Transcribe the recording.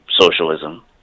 socialism